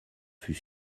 fut